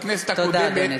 בכנסת הקודמת,